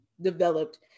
developed